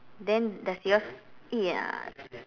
then does yours ya